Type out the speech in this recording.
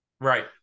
right